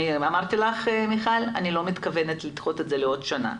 אמרתי לך מיכל שאני לא מתכוונת לדחות את זה לעוד שנה.